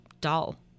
dull